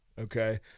Okay